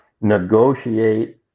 negotiate